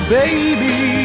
baby